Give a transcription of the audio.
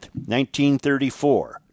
1934